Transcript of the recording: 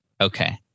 Okay